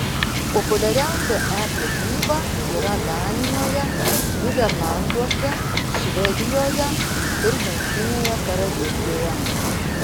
populiariausia e prekyba yra danijoje nyderlanduose švedijoje ir jungtinėje karalystėje